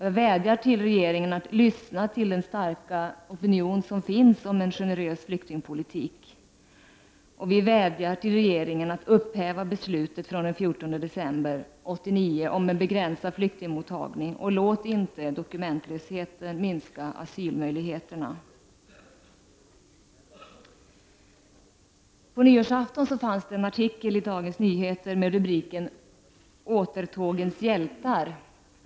Jag vädjar till regeringen att lyssna på den starka opinion som finns för en generös flyktingpolitik. Vi vädjar också till regeringen att upphäva beslutet från den 14 december 1989 om en begränsad flyktingmottagning. Låt inte dokumentlöshet minska asylmöjligheterna! På nyårsafton fanns en artikel i Dagens Nyheter med rubriken ”Återtågens hjältar”.